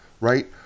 right